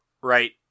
Right